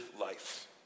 life